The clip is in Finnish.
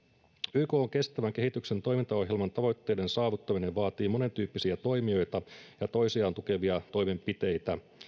ykn kestävän kehityksen toimintaohjelman tavoitteiden saavuttaminen vaatii monentyyppisiä toimijoita ja toisiaan tukevia toimenpiteitä